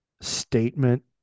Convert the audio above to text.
statement